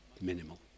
minimal